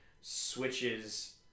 switches